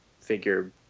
figure